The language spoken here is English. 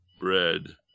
bread